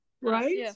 right